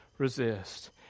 Resist